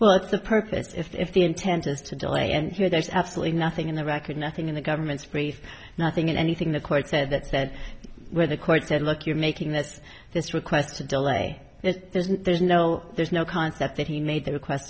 well that's the purpose if the intent is to delay and here there's absolutely nothing in the record nothing in the government's phrase nothing in anything the court said that said where the court said look you're making this this request a delay that there's no there's no there's no concept that he made the request